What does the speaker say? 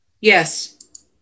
Yes